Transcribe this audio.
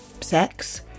sex